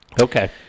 Okay